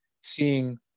seeing